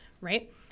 right